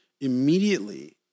Immediately